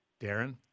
Darren